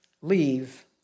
Leave